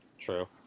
True